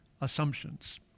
assumptions